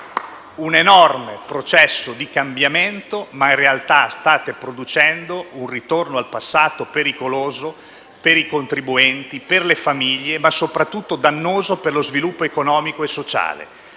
un enorme processo di cambiamento, ma in realtà state producendo un ritorno al passato pericoloso, per i contribuenti, per le famiglie, ma soprattutto dannoso per lo sviluppo economico e sociale.